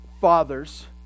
fathers